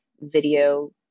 video